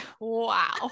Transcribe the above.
Wow